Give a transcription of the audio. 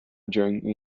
during